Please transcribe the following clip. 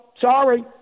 sorry